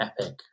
epic